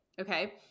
Okay